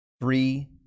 Three